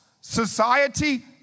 Society